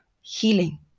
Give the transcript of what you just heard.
healing